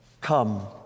Come